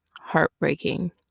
heartbreaking